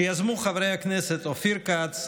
שיזמו חברי הכנסת אופיר כץ,